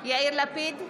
יאיר לפיד,